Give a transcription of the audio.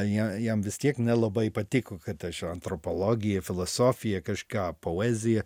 ja jam vis tiek nelabai patiko kad aš antropologija filosofija kažką poezija